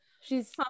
she's-